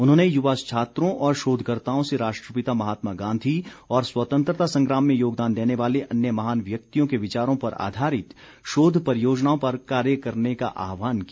उन्होंने युवा छात्रों और शोधकर्ताओं से राष्ट्रपिता महात्मा गांधी और स्वतंत्रता संग्राम में योगदान देने वाले अन्य महान व्यक्तियों के विचारों पर आधारित शोध परियोजनाओं पर कार्य करने का आहवान किया